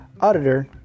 auditor